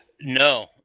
No